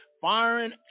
firing